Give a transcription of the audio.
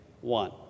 one